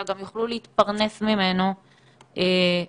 אלא גם יוכלו להתפרנס ממנו בכבוד.